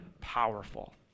powerful